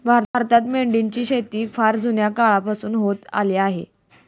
भारतात मेंढ्यांची शेती फार जुन्या काळापासून होत आली आहे